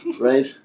right